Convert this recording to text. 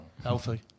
Healthy